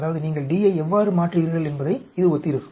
அதாவது நீங்கள் D ஐ எவ்வாறு மாற்றுகிறீர்கள் என்பதை இது ஒத்திருக்கும்